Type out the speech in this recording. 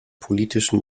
politischen